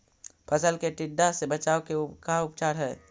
फ़सल के टिड्डा से बचाव के का उपचार है?